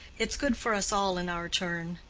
it's good for us all in our turn.